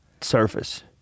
surface